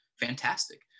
fantastic